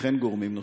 וכן גורמים נוספים.